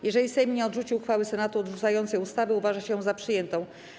Jeżeli Sejm nie odrzuci uchwały Senatu odrzucającej ustawę, uważa się ją za przyjętą.